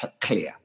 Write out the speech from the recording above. clear